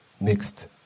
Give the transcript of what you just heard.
mixed